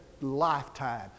Lifetime